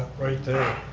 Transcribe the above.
right there.